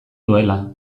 duela